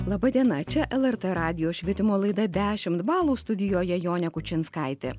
laba diena čia lrt radijo švietimo laida dešimt balų studijoje jonė kučinskaitė